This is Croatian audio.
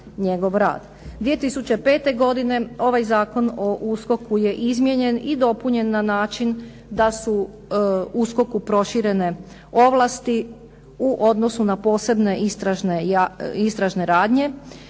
2005. godine ovaj Zakon o USKOKU je izmijenjen i dopunjen na način da su u USKOK-u proširene ovlasti u odnosu na posebne istražne radnje,